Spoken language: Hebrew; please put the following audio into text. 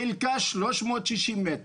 חלקה 360 מטר.